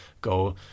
go